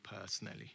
personally